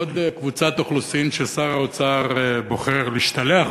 עוד קבוצת אוכלוסין ששר האוצר בוחר להשתלח